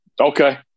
Okay